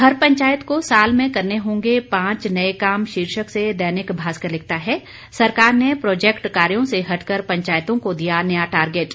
हर पंचायत को साल में करने होंगे पांच नए काम शीर्षक से दैनिक भास्कर लिखता है सरकार ने प्रोजेक्ट कार्यों से हटकर पंचायतों को दिया नया टारगेट